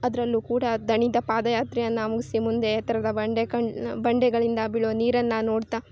ಅದ್ರಲ್ಲೂ ಕೂಡ ದಣಿದ ಪಾದಯಾತ್ರೆಯನ್ನು ಮುಗಿಸಿ ಮುಂದೆ ಎತ್ತರದ ಬಂಡೆ ಕಂಡು ಬಂಡೆಗಳಿಂದ ಬೀಳೋ ನೀರನ್ನು ನೋಡ್ತಾ